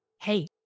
Hey